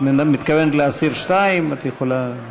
מתכוונת להסיר שתיים, את יכולה,